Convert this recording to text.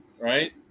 right